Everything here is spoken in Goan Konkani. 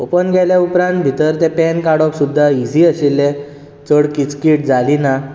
ओपन केल्या उपरांत भितर तें पॅन काडप सुद्दां इजी आशिल्लें चड किचकीट जाली ना